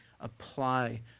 apply